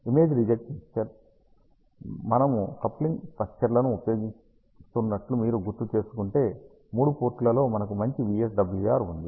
image reject mixer మనము coupling స్టక్చర్లను ఉపయోగిస్తున్నట్లు మీరు గుర్తుచేసుకుంటే మూడు పోర్టులలో మనకు మంచి VSWR ఉంది